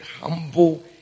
humble